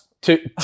two